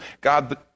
God